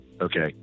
Okay